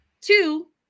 Two